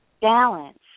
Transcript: balance